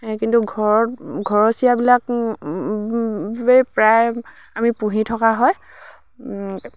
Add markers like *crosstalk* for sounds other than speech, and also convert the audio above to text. কিন্তু ঘৰত ঘৰচীয়াবিলাক *unintelligible* প্ৰায় আমি পুহি থকা হয়